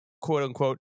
quote-unquote